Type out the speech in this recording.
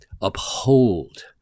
uphold